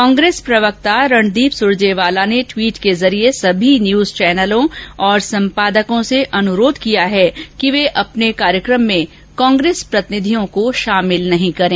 कांग्रेस प्रवक्ता रणदीप सुरजेवाला ने ट्वीट के जरिये सभी न्यूज चौनलों और संपादकों से अनुरोध किया है कि वे अपने कार्यक्रम में कांग्रेस प्रतिनिधियों को शामिल न करें